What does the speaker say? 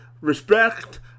respect